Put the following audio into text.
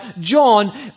John